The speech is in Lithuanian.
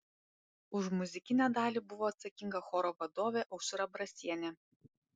už muzikinę dalį buvo atsakinga choro vadovė aušra brasienė